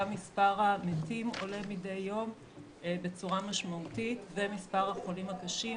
גם מספר המתים עולה מדי יום בצורה משמעותית ומספר החולים הקשים,